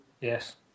Yes